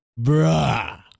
Bruh